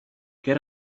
quer